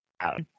out